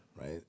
right